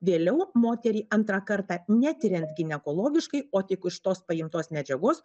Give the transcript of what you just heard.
vėliau moteriai antrą kartą netiriant ginekologiškai o tik iš tos paimtos medžiagos